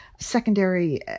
secondary